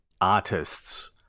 artists